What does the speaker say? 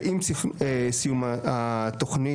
ועם סיום התוכנית,